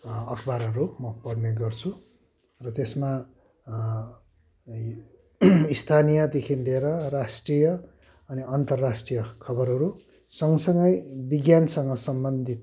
अखबारहरू म पढ्ने गर्छु र त्यसमा स्थानीयदेखि लिएर राष्ट्रिय अनि अन्तराष्ट्रिय खबरहरू सँगसँगै विज्ञानसँग सम्बन्धित